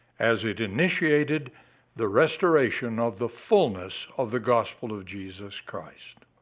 as it initiated the restoration of the fulness of the gospel of jesus christ.